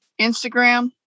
Instagram